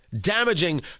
damaging